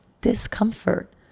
discomfort